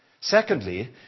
Secondly